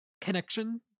connection